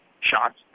shots